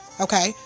Okay